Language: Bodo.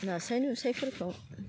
नास्राय नुस्रायफोरखौ